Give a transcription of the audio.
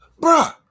Bruh